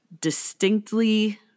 distinctly